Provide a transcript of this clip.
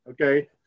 okay